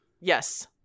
yes